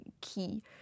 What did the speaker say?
key